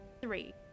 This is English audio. three